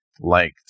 liked